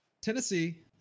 Tennessee